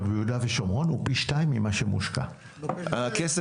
ביהודה ושומרון הוא פי שניים ממה שמושקע בפריפריה.